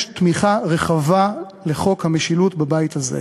יש תמיכה רחבה בחוק המשילות בבית הזה.